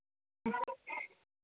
ഉം